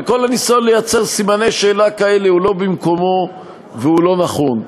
וכל הניסיון ליצור סימני שאלה כאלה הוא לא במקומו והוא לא נכון.